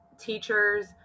teachers